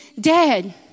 dead